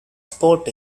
sport